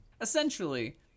Essentially